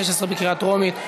התשע"ו 2016, בקריאה טרומית.